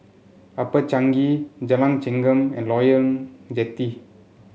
Upper Changi Jalan Chengam and Loyang Jetty